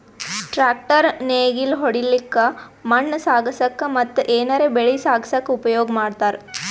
tractor ನೇಗಿಲ್ ಹೊಡ್ಲಿಕ್ಕ್ ಮಣ್ಣ್ ಸಾಗಸಕ್ಕ ಮತ್ತ್ ಏನರೆ ಬೆಳಿ ಸಾಗಸಕ್ಕ್ ಉಪಯೋಗ್ ಮಾಡ್ತಾರ್